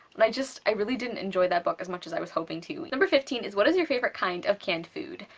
and i just really didn't enjoy that book as much as i was hoping to. number fifteen is what is your favorite kind of canned food.